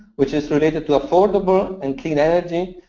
which is related to affordable and clean energy,